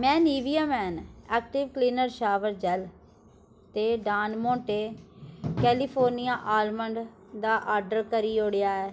में Nivea men active clean shower gel ते Don Monte California almond दा order करी ओड़ेआ ऐ